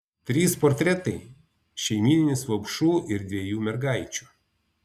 trys portretai šeimyninis vaupšų ir dviejų mergaičių